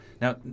Now